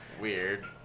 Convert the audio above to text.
Weird